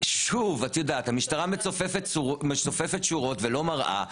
שוב, את יודעת, המשטרה מצופפת שורות ולא מראה.